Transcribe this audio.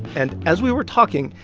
and as we were talking,